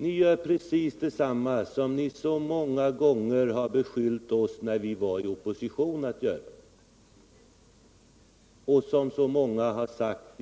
Ni gör precis detsamma som ni så många gånger beskyllde oss för att göra när vi var i opposition, och som så många